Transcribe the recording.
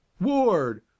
ward